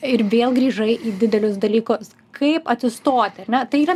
ir vėl grįžai į didelius dalykus kaip atsistoti ar ne tai yra